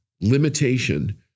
limitation